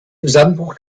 zusammenbruch